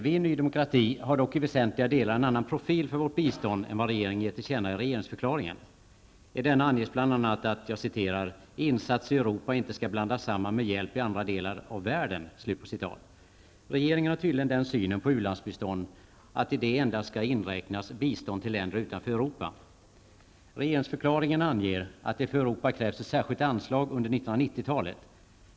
Vi i nydemokrati har dock i väsentliga delar en annan profil för vårt bistånd än vad regeringen ger till känna i regeringsförklaringen. I denna anges bl.a.: ''Insatser i Europa skall inte blandas samman med hjälp i andra delar av världen.'' Regeringen har tydligen den synen på u-landsbistånd att i detta skall inräknas endast bistånd till länder utanför I regeringsförklaringen anges att det för Europa krävs ett särskilt anslag under 1990-talet.